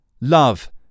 love